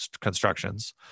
constructions